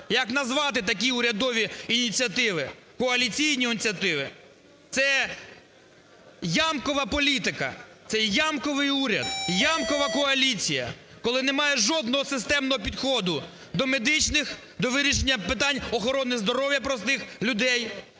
Як назвати такі урядові ініціативи? Коаліційні ініціативи. Це ямкова політика, це ямковий уряд, ямкова коаліція, коли немає жодного системного підходу до медичних, до вирішення питань охорони здоров'я простих людей,